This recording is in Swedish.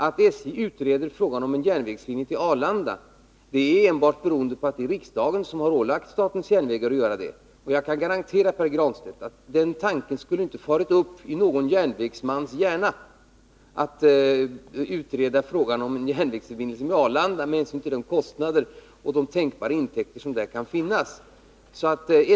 Att SJ utreder frågan om en järnvägsförbindelse mellan Stockholm och Arlanda är enbart beroende på att riksdagen har ålagt SJ att göra det. Jag kan försäkra Pär Granstedt att tanken att utreda den frågan annars inte skulle ha kommit upp i någon järnvägsmans hjärna med hänsyn till de kostnader och de tänkbara intäkter som det kan röra sig om.